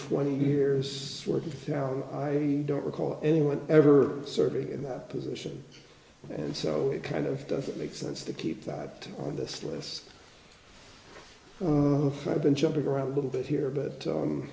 twenty years working now i don't recall anyone ever serving in that position and so it kind of doesn't make sense to keep that on this list i've been jumping around a little bit here but